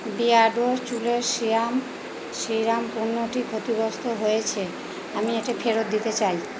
Beardo চুলের serum serum পণ্যটি ক্ষতিগ্রস্ত হয়েছে আমি এটি ফেরত দিতে চাই